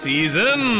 Season